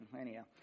Anyhow